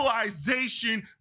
civilization